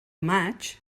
maig